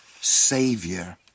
savior